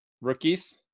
rookies